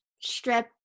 strip